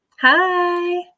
Hi